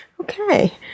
okay